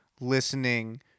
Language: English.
listening